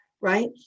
right